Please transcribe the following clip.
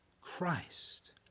Christ